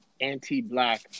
anti-black